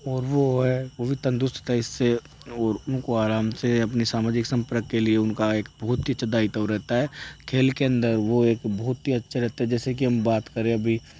और वो हुआ है वो तंदरुस्त था इससे और उनको आराम से अपनी सामाजिक सम्प्रदा के लिए उनका एक बहुत ही डाइट वो रहता है खेल के अंदर वो एक बहुत ही अच्छे से रहते है जैसे कि बात करें अभी